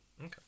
okay